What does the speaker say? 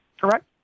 Correct